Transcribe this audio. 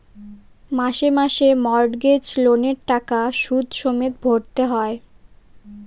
মাসে মাসে মর্টগেজ লোনের টাকা সুদ সমেত ভরতে হয়